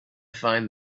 find